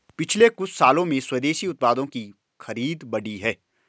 पिछले कुछ सालों में स्वदेशी उत्पादों की खरीद बढ़ी है